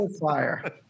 Fire